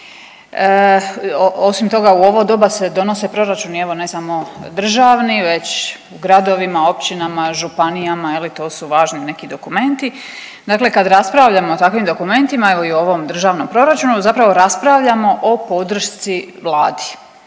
Osim toga u ovo doba se donose proračuni evo ne samo državni već u gradovima, općinama, županijama, to su važni neki dokumenti. Dakle, kad raspravljamo o takvim dokumentima evo i o ovom državnom proračunu zapravo raspravljamo o podršci Vladi,